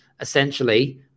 essentially